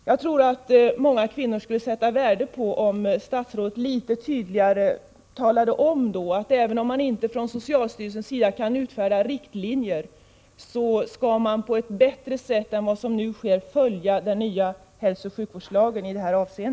Jag tror att många kvinnor skulle sätta värde på om statsrådet litet tydligare talade om att man i detta sammanhang, även om socialstyrelsen inte kan utfärda riktlinjer, på ett bättre sätt än vad som nu sker skall följa den nya hälsooch sjukvårdslagen.